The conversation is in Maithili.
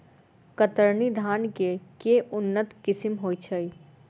कतरनी धान केँ के उन्नत किसिम होइ छैय?